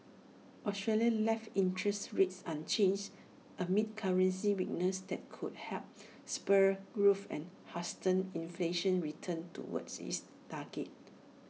Australia left interest rates unchanged amid currency weakness that could help spur growth and hasten inflation's return toward its target